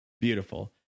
beautiful